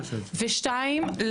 ושתיים,